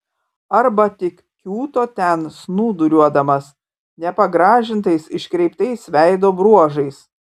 arba tik kiūto ten snūduriuodamas nepagražintais iškreiptais veido bruožais